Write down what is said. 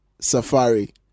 Safari